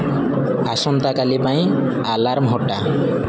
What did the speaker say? ଆସନ୍ତାକାଲି ପାଇଁ ଆଲାର୍ମ ହଟା